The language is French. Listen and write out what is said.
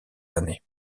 années